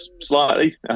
slightly